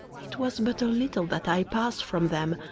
it was but a little that i passed from them,